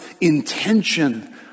intention